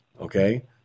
Okay